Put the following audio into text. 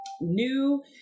new –